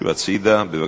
גשו הצדה בבקשה.